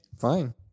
Fine